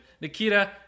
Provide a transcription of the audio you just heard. Nikita